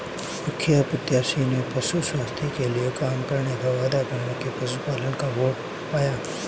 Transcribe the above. मुखिया प्रत्याशी ने पशु स्वास्थ्य के लिए काम करने का वादा करके पशुपलकों का वोट पाया